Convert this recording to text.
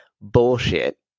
bullshit